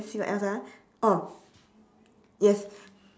let's see what else ah orh yes